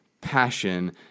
passion